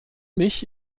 mich